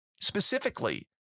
specifically